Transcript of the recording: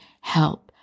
help